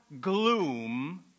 gloom